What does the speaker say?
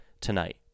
tonight